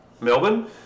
Melbourne